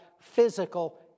physical